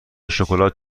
شکلات